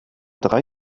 drei